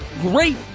great